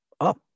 up